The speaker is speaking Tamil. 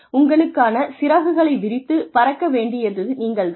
உங்களுக்கான சிறகுகளை விரித்து பறக்க வேண்டியது நீங்கள் தான்